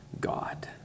God